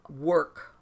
work